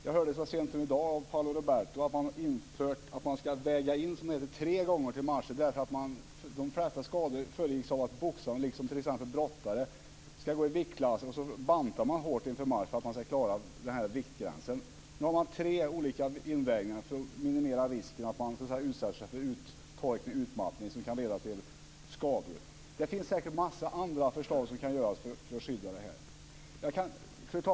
Jag hörde så sent som i dag av Paulo Roberto att man infört att invägning ska göras tre gånger till matcher, därför att de flesta skador har samband med att boxare liksom brottare ska gå i viktklasser. Man bantar hårt inför en match för att klara viktgränsen. Nu gäller tre olika invägningar för att minimera risken att man utsätter sig för uttorkning och utmattning som kan leda till skador. Det finns säkert en mängd andra förslag som kan genomföras för att skydda boxaren.